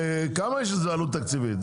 כמה יש לזה עלות תקציבית.